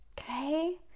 Okay